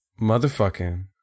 motherfucking